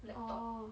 oh